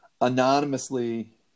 anonymously